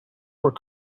were